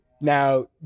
Now